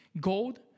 gold